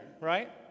right